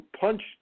punched